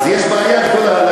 יש פה בעיה גדולה.